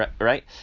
right